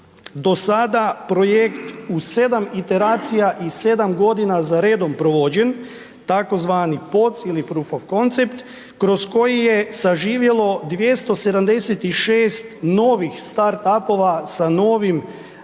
do sada projekt u 7 iteracija i 7 godina za redom provođen tzv. POC ili Proof of concept kroz koji je saživjelo 276 novih start up-ova sa novim